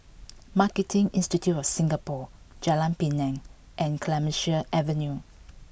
Marketing Institute of Singapore Jalan Pinang and Clemenceau Avenue